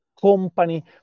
company